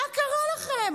מה קרה לכם?